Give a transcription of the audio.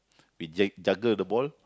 we jug juggle the ball